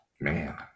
Man